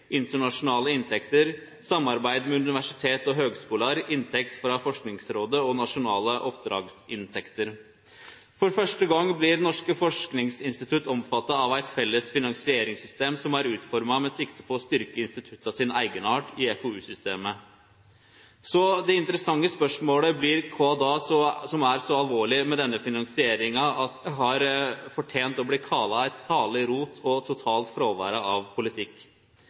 internasjonale inntekter, samarbeid med universitet og høgskular, inntekt frå Forskingsrådet og nasjonale oppdragsinntekter. For første gong blir norske forskingsinstitutt omfatta av eit felles finansieringssystem som er utforma med sikte på å styrkje institutta sin eigenart i FoU-systemet. Så det interessante spørsmålet blir: Kva er då så alvorleg med denne finansieringa at det har fortent å bli kalla eit salig rot og totalt fråvere av politikk?